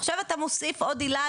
עכשיו אתה מוסיף עוד עילה,